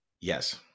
Yes